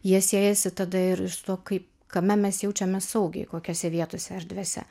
jie siejasi tada ir iš to kaip kame mes jaučiamės saugiai kokiose vietose erdvėse